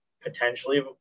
potentially